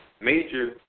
major